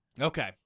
Okay